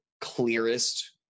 clearest